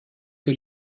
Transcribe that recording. que